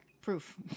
proof